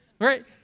right